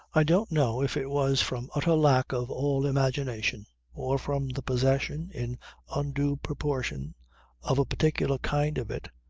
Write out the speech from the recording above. i don't know if it was from utter lack of all imagination or from the possession in undue proportion of a particular kind of it,